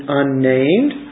unnamed